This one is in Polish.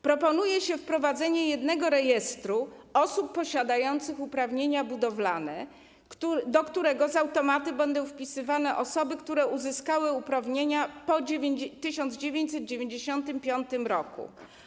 Proponuje się wprowadzenie jednego rejestru osób posiadających uprawnienia budowlane, do którego z automatu będą wpisywane osoby, które uzyskały uprawnienia po 1995 r.